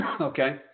Okay